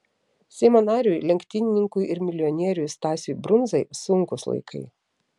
seimo nariui lenktynininkui ir milijonieriui stasiui brundzai sunkūs laikai